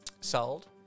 sold